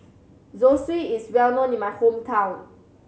zosui is well known in my hometown